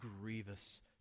grievous